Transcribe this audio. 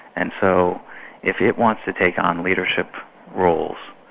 and so if it wants to take on leadership roles,